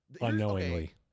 unknowingly